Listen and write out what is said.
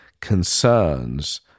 concerns